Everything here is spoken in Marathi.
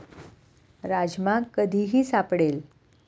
राजमा कधीही सापडेल